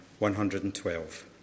112